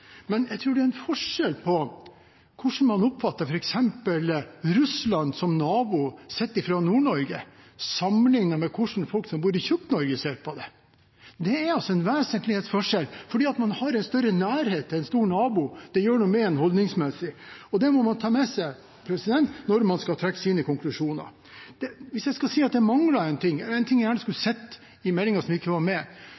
Men jeg tror det er en forskjell på hvordan man oppfatter f.eks. Russland som nabo sett fra Nord-Norge, sammenlignet med hvordan folk som bor i «Tjukk-Norge» ser på det. Det er en vesentlig forskjell, for det å ha en større nærhet til en stor nabo gjør noe med en holdningsmessig. Det må man ta med seg når man skal trekke sine konklusjoner. Hvis jeg skal si at det mangler noe, en ting jeg gjerne skulle